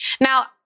Now